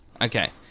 Okay